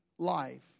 Life